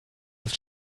bis